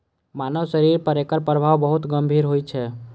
मानव शरीर पर एकर प्रभाव बहुत गंभीर होइ छै